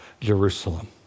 Jerusalem